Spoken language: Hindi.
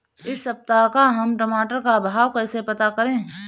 इस सप्ताह का हम टमाटर का भाव कैसे पता करें?